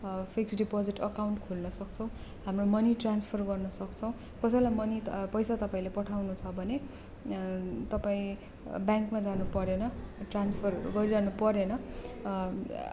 fix deposit account खोल्न सक्छौँ हाम्रो मनी ट्रान्सफर गर्न सक्छौँ कसैलाई मनी पैसा तपाईँले पठाउनु छ भने तपाईँ ब्याङ्कमा जानु परेन ट्रान्स्फरहरू गरिरहनु परेन